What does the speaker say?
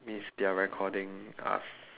means they're recording us